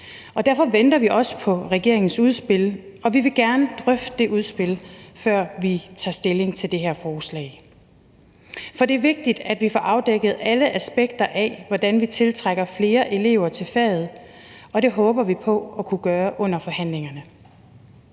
Derfor venter vi også på regeringens udspil, og vi vil gerne drøfte det udspil, før vi tager stilling til det her forslag. For det er vigtigt, at vi får afdækket alle aspekter af, hvordan vi tiltrækker flere elever til faget, og det håber vi på at kunne gøre under forhandlingerne.